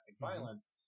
violence